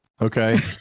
Okay